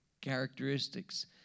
characteristics